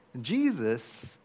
Jesus